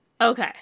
Okay